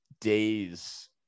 days